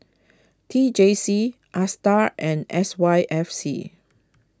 T J C Astar and S Y F C